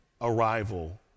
arrival